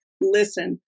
Listen